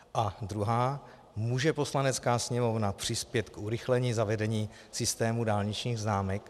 A druhá, může Poslanecká sněmovna přispět k urychlení zavedení systému dálničních známek?